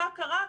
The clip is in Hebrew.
מה קרה,